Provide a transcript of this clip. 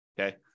Okay